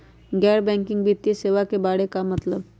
गैर बैंकिंग वित्तीय सेवाए के बारे का मतलब?